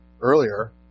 earlier